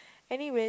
anyway